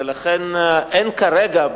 ולכן אין כרגע,